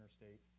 interstate